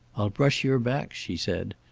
i'll brush your back, she said,